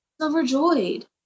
overjoyed